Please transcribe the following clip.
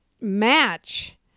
match